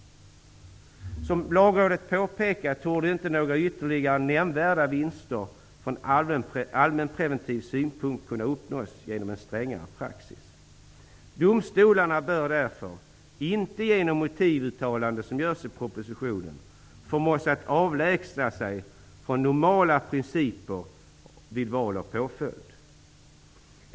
Som Lagrådet påpekat torde inte några ytterligare nämndvärda vinster från allmänpreventiv synpunkt kunna uppnås genom en strängare praxis. Domstolarna bör därför inte genom motivuttalande, som i propositionen, förmås att avlägsna sig från normala principer vid val av påföljd.